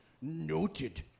noted